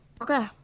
Okay